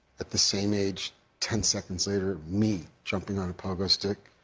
at the same age ten seconds later me jumping on a pogo stick,